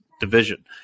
division